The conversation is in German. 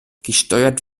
gesteuert